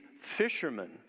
fishermen